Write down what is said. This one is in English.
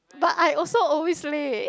but I also always late